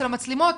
של המצלמות,